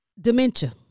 dementia